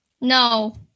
No